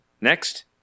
Next